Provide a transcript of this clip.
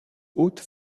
hautes